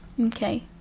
Okay